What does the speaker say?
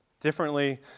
Differently